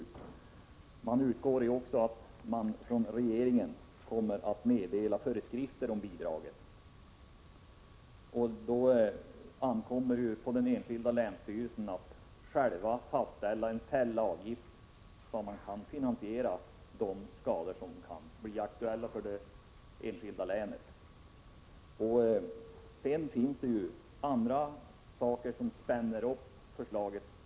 Men man utgår också från att regeringen kommer att meddela föreskrifter om bidraget. Då ankommer det på den enskilda länsstyrelsen att själv fastställa en fällavgift så att man kan finansiera de skador som kan bli aktuella för det enskilda länet. Sedan finns det andra saker som spänner upp förslaget.